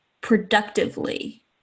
productively